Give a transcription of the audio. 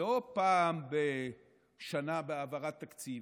לא פעם בשנה בהעברת תקציב,